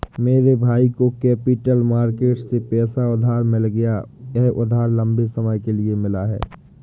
मेरे भाई को कैपिटल मार्केट से पैसा उधार मिल गया यह उधार लम्बे समय के लिए मिला है